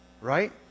Right